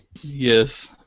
Yes